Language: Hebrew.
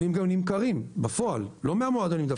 כלים גם נמכרים בפועל, לא מהמועדונים.